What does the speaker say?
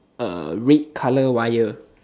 uh red colour wire